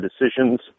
decisions